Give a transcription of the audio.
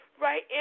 right